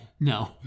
no